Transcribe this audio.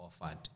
offered